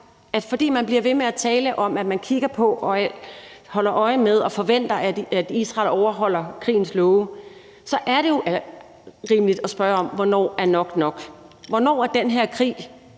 at fordi man bliver ved med at tale om, at man kigger på om og holder øje med om og forventer, at Israel overholder krigens love, så er det jo rimeligt at spørge om, hvornår nok er nok. Hvornår er den her krig